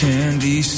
Candy